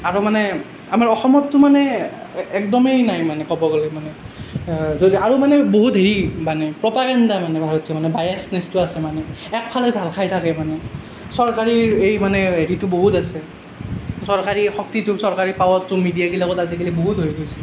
আৰু মানে আমাৰ অসমততো মানে একদমেই নাই মানে ক'ব গ'লে মানে যদি আৰু মানে বহুত হেৰি মানে প্ৰ'পাগেণ্ডা মানে ভাৰতীয় মানে বায়াচনেচটো আছে মানে একফালে ঢাল খাই থাকে মানে চৰকাৰীৰ এই মানে হেৰিটো বহুত আছে চৰকাৰী শক্তিটো চৰকাৰী পাৱাৰটো মিডিয়াবিলাকত আজিকালি বহুত হৈ গৈছে